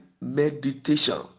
meditation